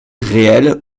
réelle